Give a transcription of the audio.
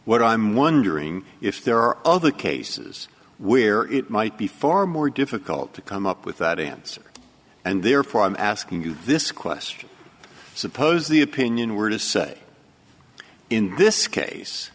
what i'm wondering if there are other cases where it might be far more difficult to come up with that answer and therefore i'm asking you this question suppose the opinion were to say in this case